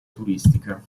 turistica